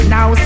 Now